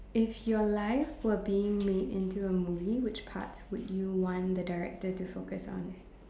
if your life were being made into a movie which parts would you want the director to focus on